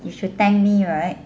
you should thank me right